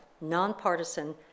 nonpartisan